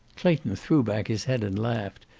clayton threw back his head and laughed,